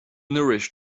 nourish